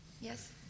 Yes